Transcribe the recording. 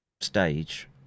stage